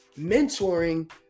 mentoring